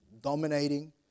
dominating